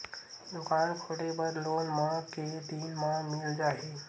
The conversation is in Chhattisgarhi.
दुकान खोले बर लोन मा के दिन मा मिल जाही?